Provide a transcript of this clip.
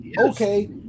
okay